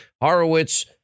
Horowitz